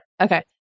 Okay